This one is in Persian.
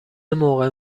موقع